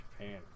Japan